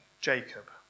Jacob